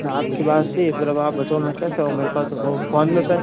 आपकी बात सही है पर अब आप बताओ मैं कैसे आऊं मेरे पास तो फोन मैं पैसे